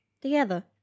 Together